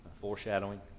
foreshadowing